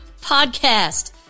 podcast